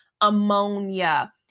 Ammonia